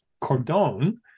cordon